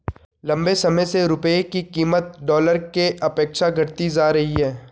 लंबे समय से रुपये की कीमत डॉलर के अपेक्षा घटती जा रही है